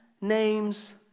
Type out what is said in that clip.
name's